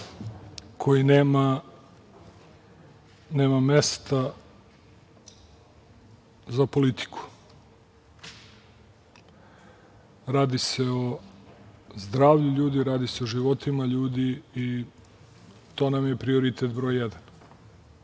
koji nema mesta za politiku. Radi se o zdravlju ljudi, radi se o životima ljudi i to nam je prioritet broj jedan.